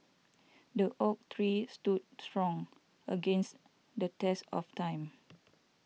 the oak tree stood strong against the test of time